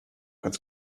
ganz